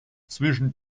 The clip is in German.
zwischen